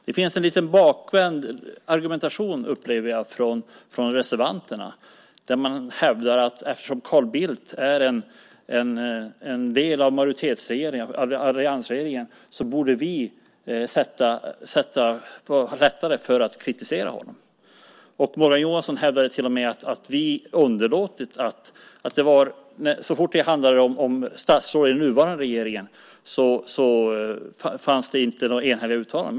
Det finns en lite bakvänd argumentation, upplever jag, från reservanterna. Man hävdar att eftersom Carl Bildt är en del av alliansregeringen borde vi ha lättare för att kritisera honom. Morgan Johansson hävdade till och med att så fort det handlar om statsråd i den nuvarande regeringen fanns det inte några enhälliga uttalanden.